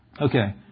Okay